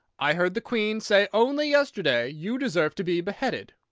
i heard the queen say only yesterday you deserved to be beheaded!